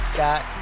Scott